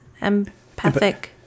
empathic